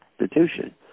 institution